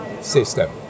system